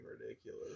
ridiculous